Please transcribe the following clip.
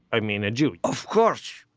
i mean, a jew? of course.